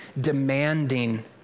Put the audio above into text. demanding